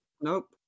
nope